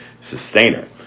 sustainer